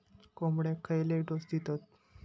कोंबड्यांक खयले डोस दितत?